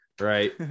right